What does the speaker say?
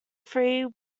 three